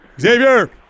Xavier